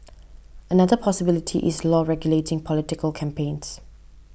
another possibility is law regulating political campaigns